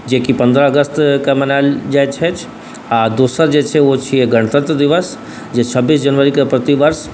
जेकि पनरह अगस्तके मनाएल जाइ छथि आओर दोसर जे छिए ओ छै गणतन्त्र दिवस जे छब्बीस जनवरीके प्रतिवर्ष